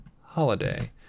Holiday